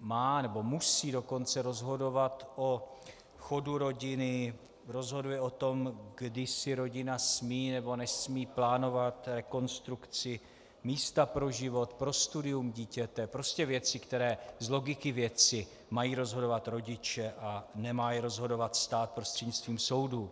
má, nebo dokonce musí rozhodovat o chodu rodiny, rozhoduje o tom, kdy si rodina smí nebo nesmí plánovat rekonstrukci místa pro život, pro studium dítěte, prostě věci, které z logiky věci mají rozhodovat rodiče a nemá je rozhodovat stát prostřednictvím soudu.